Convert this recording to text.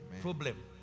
problem